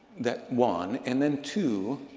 that one, and then two,